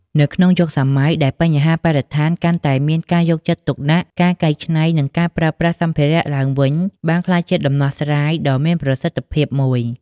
នៅក្នុងយុគសម័យដែលបញ្ហាបរិស្ថានកាន់តែមានការយកចិត្តទុកដាក់ ការកែច្នៃ និងការប្រើប្រាស់សម្ភារៈឡើងវិញ បានក្លាយជាដំណោះស្រាយដ៏មានប្រសិទ្ធភាពមួយ។